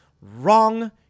Wrong